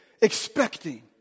expecting